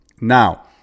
Now